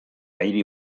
hiri